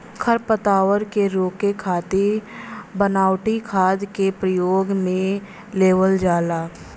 खरपतवार के रोके खातिर बनावटी खाद क परयोग में लेवल जाला